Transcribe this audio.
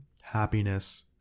happiness